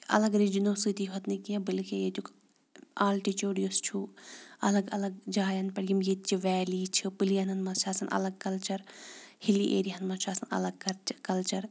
الگ رِجنو سۭتی ہوت نہٕ کینٛہہ بلکہِ ییٚتیُک آلٹِچوٗڈ یُس چھُ الگ الگ جایَن پٮ۪ٹھ یِم ییٚتۍچہِ ویلی چھِ پٕلینَن منٛز چھِ آسان الگ کَلچَر ہِلی ایریاہَن منٛز چھُ آسان الگ کَر کَلچَر